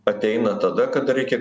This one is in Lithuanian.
ateina tada kada reikia